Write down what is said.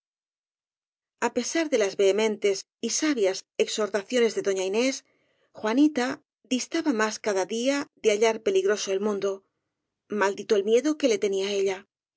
á pesar de las vehementes y sabias exhortacio nes de doña inés juanita distaba más cada día de hallar peligroso el mundo maldito el miedo que le tenía ella y no lograba persuadirse de que la